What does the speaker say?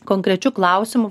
konkrečiu klausimu